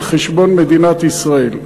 על חשבון מדינת ישראל.